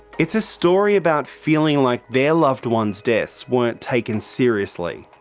it's a story about feeling like their loved ones' deaths weren't taken seriously.